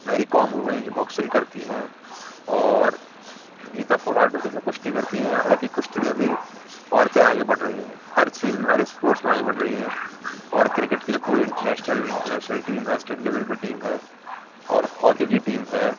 میری کام ہو گئیں جو باکسنگ کرتی ہیں اور گیتا فوگاٹ ہو گئیں جو کشتی کرتی ہیں حالاں کہ کشتی میں بھی عورتیں آگے بڑھ رہی ہیں ہر چیز میں ہر اسپورٹس میں آگے بڑھ رہی ہیں اور کرکٹ کی تو پوری نیشنل انٹرنیشنل ٹیم ہے اسٹیٹ لیول پہ ٹیم ہے اور ہاکی کی ٹیم ہے